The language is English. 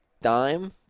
dime –